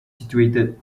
situated